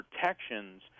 protections